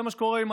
זה מה שקורה עם